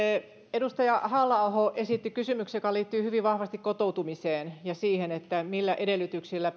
edustaja halla aho esitti kysymyksen joka liittyy hyvin vahvasti kotoutumiseen ja siihen millä edellytyksillä